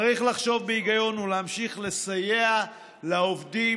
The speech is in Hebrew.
צריך לחשוב בהיגיון ולהמשיך לסייע לעובדים